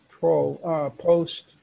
post